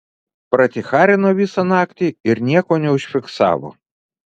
praticharino visą naktį ir nieko neužfiksavo